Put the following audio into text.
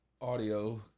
audio